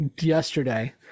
yesterday